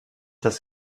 dass